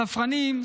ספרנים,